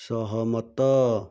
ସହମତ